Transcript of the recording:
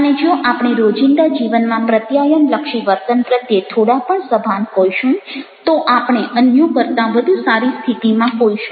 અને જો આપણે રોજિંદા જીવનમાં પ્રત્યાયનલક્ષી વર્તન પ્રત્યે થોડા પણ સભાન હોઈશું તો આપણે અન્યો કરતાં વધુ સારી સ્થિતિમાં હોઈશું